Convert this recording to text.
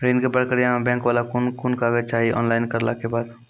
ऋण के प्रक्रिया मे बैंक वाला के कुन कुन कागज चाही, ऑनलाइन करला के बाद?